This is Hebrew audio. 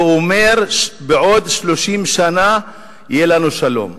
והוא אומר: בעוד 30 שנה יהיה לנו שלום?